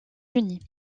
unis